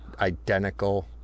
identical